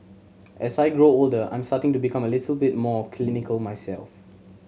as I grow older I'm starting to become a little bit more myself